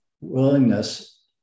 willingness